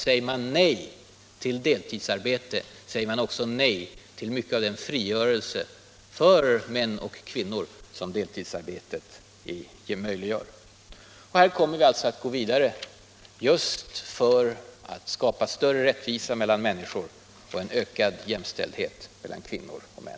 Säger man nej till deltidsarbete, då säger man också nej till mycket av den frigörelse för män och kvinnor som deltidsarbetet möj liggör. Här kommer vi alltså att gå vidare just för att skapa större rättvisa mellan människor och en ökad jämställdhet mellan kvinnor och män.